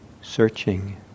searching